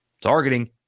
targeting